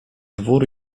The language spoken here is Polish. dwór